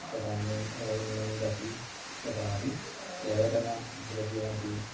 तदानीम् ओयिन्ट्मेण्ट् अपि ददाति लेपनद्रव्यमपि